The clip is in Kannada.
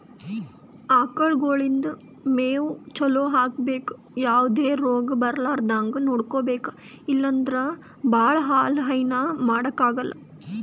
ಆಕಳಗೊಳಿಗ್ ಮೇವ್ ಚಲೋ ಹಾಕ್ಬೇಕ್ ಯಾವದೇ ರೋಗ್ ಬರಲಾರದಂಗ್ ನೋಡ್ಕೊಬೆಕ್ ಇಲ್ಲಂದ್ರ ಭಾಳ ಹಾಲ್ ಹೈನಾ ಮಾಡಕ್ಕಾಗಲ್